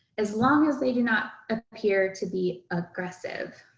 as long as they do not appear to be aggressive.